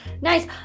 nice